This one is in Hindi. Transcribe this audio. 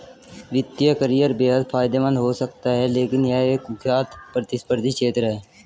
वित्तीय करियर बेहद फायदेमंद हो सकता है लेकिन यह एक कुख्यात प्रतिस्पर्धी क्षेत्र है